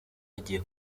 agiye